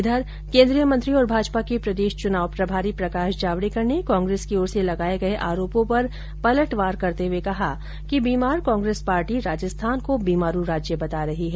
इधर केन्द्रीय मंत्री और भाजपा के प्रदेश चुनाव प्रभारी प्रकाश जावड़ेकर ने कांग्रेस की ओर से लगाए गए आरोपो पर पलटवार करते हुए कहा कि बीमार कांग्रेस पार्टी राजस्थान को बीमारु राज्य बता रही है